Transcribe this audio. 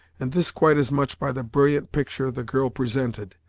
and this quite as much by the brilliant picture the girl presented,